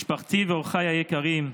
משפחתי ואורחיי היקרים,